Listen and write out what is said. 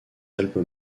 alpes